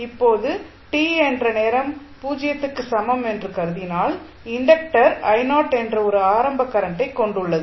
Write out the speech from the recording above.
இப்போது t என்ற நேரம் 0 க்கு சமம் என்று கருதினால் இன்டக்டர் என்ற ஒரு ஆரம்ப கரண்டை கொண்டுள்ளது